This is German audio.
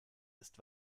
ist